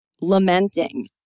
lamenting